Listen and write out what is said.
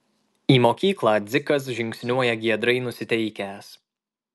į mokyklą dzikas žingsniuoja giedrai nusiteikęs